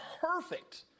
perfect